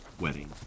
wedding